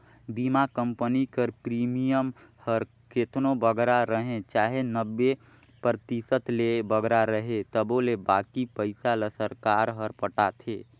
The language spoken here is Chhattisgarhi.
बीमा कंपनी कर प्रीमियम हर केतनो बगरा रहें चाहे नब्बे परतिसत ले बगरा रहे तबो ले बाकी पइसा ल सरकार हर पटाथे